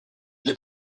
les